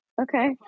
Okay